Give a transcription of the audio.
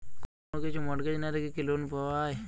কোন কিছু মর্টগেজ না রেখে কি লোন পাওয়া য়ায়?